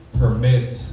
permits